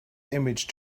image